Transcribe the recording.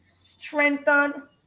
strengthen